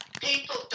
People